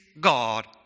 God